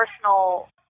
personal